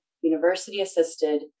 university-assisted